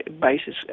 basis